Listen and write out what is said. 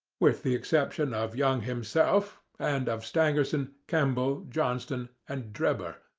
with the exception of young himself, and of stangerson, kemball, johnston, and drebber,